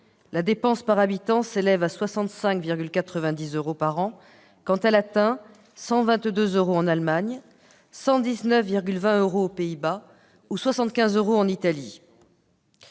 la dépense par habitant s'élève à 65,90 euros par an, contre 122 euros en Allemagne, 119,20 euros aux Pays-Bas ou 75 euros en Italie.